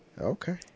Okay